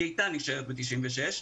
היא הייתה נשארת ב-96,